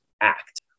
act